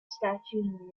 statue